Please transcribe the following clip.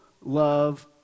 love